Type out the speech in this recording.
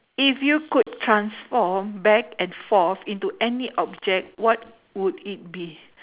if you could transform back and forth into any object what would it be